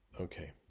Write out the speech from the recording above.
Okay